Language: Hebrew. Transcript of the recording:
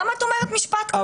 למה את אומרת משפט כזה?